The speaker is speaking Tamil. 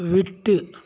விட்டு